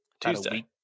tuesday